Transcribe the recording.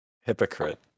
Hypocrite